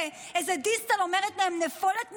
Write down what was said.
ואיזו דיסטל אומרת להם: נפולת נמושות.